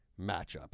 matchup